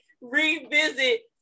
revisit